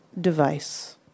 device